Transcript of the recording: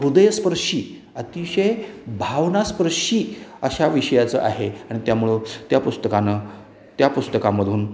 हृदयस्पर्शी अतिशय भावनास्पर्शी अशा विषयाचं आहे आणि त्यामुळं त्या पुस्तकान त्या पुस्तकामधून